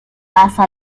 pasa